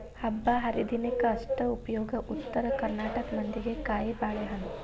ಹಬ್ಬಾಹರಿದಿನಕ್ಕ ಅಷ್ಟ ಉಪಯೋಗ ಉತ್ತರ ಕರ್ನಾಟಕ ಮಂದಿಗೆ ಕಾಯಿಬಾಳೇಹಣ್ಣ